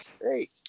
Great